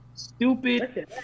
Stupid